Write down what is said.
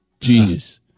Genius